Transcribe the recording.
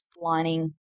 lining